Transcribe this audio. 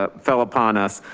ah fell upon us,